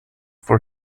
for